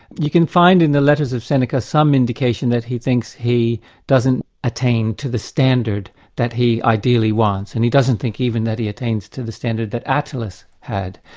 you can find in the letters of seneca some indication that he thinks he doesn't attain to the standard that he ideally wants, and he doesn't think even that he attains to the standard that attilus had.